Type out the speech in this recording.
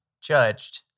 judged